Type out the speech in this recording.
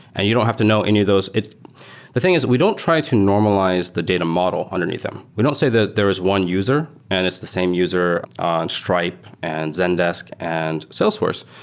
and you don't have to know any of those. the thing is we don't try to normalize the data model underneath them. we don't say that there is one user and it's the same user on stripe and zendesk and salesforce,